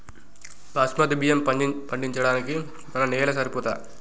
బాస్మతి బియ్యం పండించడానికి మన నేల సరిపోతదా?